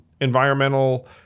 environmental